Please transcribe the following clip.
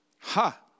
Ha